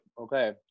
okay